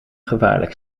gevaarlijk